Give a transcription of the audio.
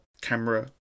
camera